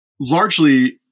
largely